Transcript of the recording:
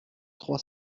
trois